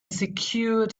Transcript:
secured